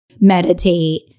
meditate